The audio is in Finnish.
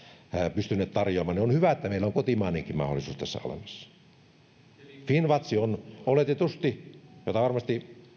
pystyneet tarjoamaan on hyvä että meillä on kotimainenkin mahdollisuus tässä olemassa finnwatch on oletetusti tätä vastaan ja varmasti